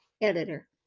editor